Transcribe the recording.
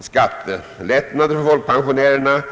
skattelättnader för folkpensionärerna.